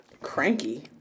Cranky